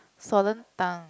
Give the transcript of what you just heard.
swollen tongue